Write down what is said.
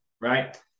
Right